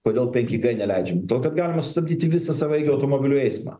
kodėl penki g neleidžiam todėl kad galima stabdyti visą savaeigių automobilių eismą